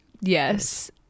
Yes